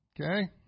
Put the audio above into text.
Okay